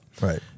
Right